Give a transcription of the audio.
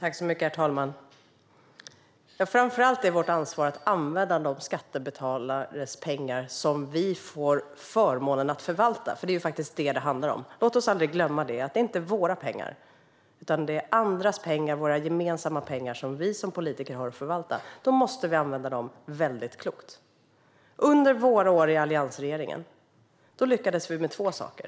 Herr talman! Framför allt är det vårt ansvar att använda skattebetalarnas pengar, som vi får förmånen att förvalta, för det är faktiskt vad det handlar om. Låt oss aldrig glömma att det inte är våra pengar. Det är andras pengar - våra gemensamma pengar - som vi som politiker har att förvalta. Vi måste använda dem klokt. Under våra år i alliansregeringen lyckades vi med två saker.